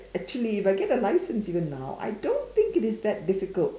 actually if I get the license even now I don't think it is that difficult